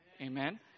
Amen